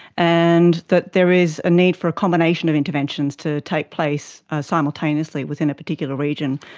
and that there is a need for a combination of interventions to take place simultaneously within a particular region.